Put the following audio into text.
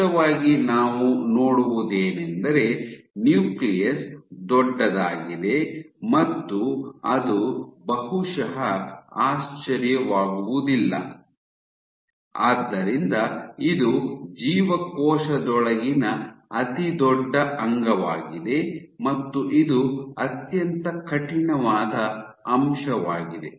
ಸ್ಪಷ್ಟವಾಗಿ ನಾವು ನೋಡುವುದೇನೆಂದರೆ ನ್ಯೂಕ್ಲಿಯಸ್ ದೊಡ್ಡದಾಗಿದೆ ಮತ್ತು ಅದು ಬಹುಶಃ ಆಶ್ಚರ್ಯವಾಗುವುದಿಲ್ಲ ಆದ್ದರಿಂದ ಇದು ಜೀವಕೋಶದೊಳಗಿನ ಅತಿದೊಡ್ಡ ಅಂಗವಾಗಿದೆ ಮತ್ತು ಇದು ಅತ್ಯಂತ ಕಠಿಣವಾದ ಅಂಶವಾಗಿದೆ